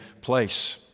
place